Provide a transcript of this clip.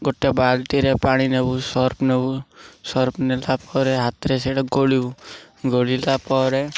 ଗୋଟେ ବାଲ୍ଟିରେ ପାଣି ନେବୁ ସର୍ଫ୍ ନେବୁ ସର୍ଫ୍ ନେଲା ପରେ ହାତରେ ସେଇଟା ଗୋଳିବୁ ଗୋଳିଲା ପରେ